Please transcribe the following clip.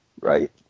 right